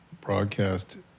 broadcast